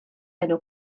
enw